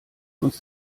uns